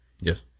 yes